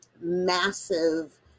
massive